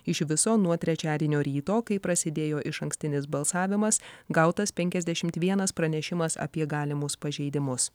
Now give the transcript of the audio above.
iš viso nuo trečiadienio ryto kai prasidėjo išankstinis balsavimas gautas penkiasdešimt vienas pranešimas apie galimus pažeidimus